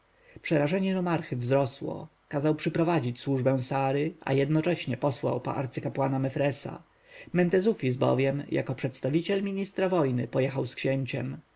przerażenie nomarchy wzrosło kazał przyprowadzić służbę sary a jednocześnie posłał po arcykapłana mefresa mentezufis bowiem jako przedstawiciel ministra wojny pojechał z księciem